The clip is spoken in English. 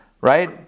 Right